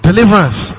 Deliverance